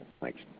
Thanks